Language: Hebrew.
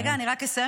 רגע, אני רק אסיים.